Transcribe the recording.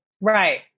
Right